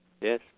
Yes